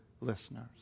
listeners